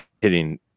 hitting